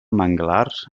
manglars